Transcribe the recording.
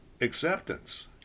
acceptance